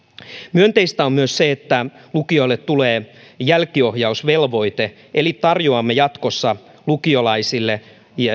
myönteistä on myös se että lukioille tulee jälkiohjausvelvoite eli tarjoamme jatkossa lukiolaisille